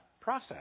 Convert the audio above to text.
process